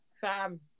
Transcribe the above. Fam